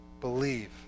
believe